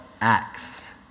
acts